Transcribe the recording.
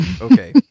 Okay